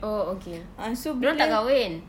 oh okay dia orang tak kahwin